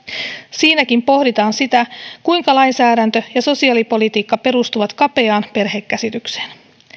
siinäkin pohditaan sitä kuinka lainsäädäntö ja sosiaalipolitiikka perustuvat kapeaan perhekäsitykseen